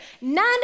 none